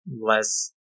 less